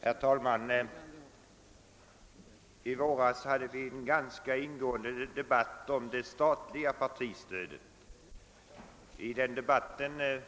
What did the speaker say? Herr talman! Vi hade i våras en ganska ingående debatt om det statliga partistödet, och då redovisades